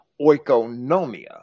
oikonomia